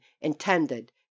intended